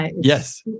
Yes